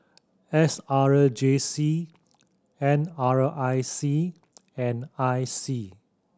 S R J C N R I C and I C